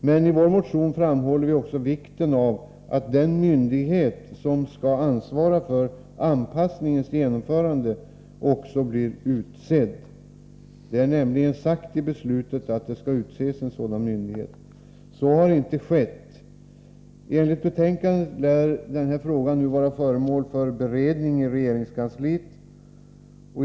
Men i vår motion framhåller vi vikten av att den myndighet som skall ansvara för att denna anpassning genomförs också blir utsedd. Enligt beslutet skall nämligen en sådan myndighet utses. Så har emellertid inte skett. Enligt betänkandet lär frågan vara föremål för beredning i regeringskansliet.